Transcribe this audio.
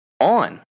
On